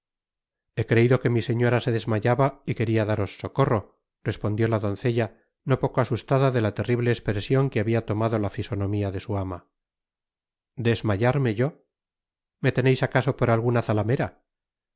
he creido que mi señora se desmayaba y queria daros socorro respondió la doncella no poco asustada de la terrible espresion que habia tomado la fisonomia de su ama desmayarme yo me teneis acaso por alguna